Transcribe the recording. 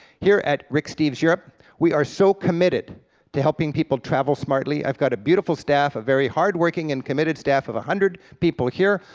here at rick steves europe we are so committed to helping people travel smartly. i've got a beautiful staff, a very hardworking and committed staff of a hundred people here,